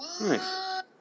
Nice